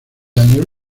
años